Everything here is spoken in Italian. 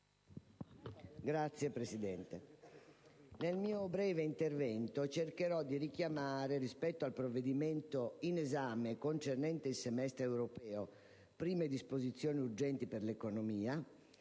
Signora Presidente, nel mio breve intervento cercherò di richiamare, rispetto al provvedimento in esame recante misure per il Semestre europeo e prime disposizioni urgenti per l'economia,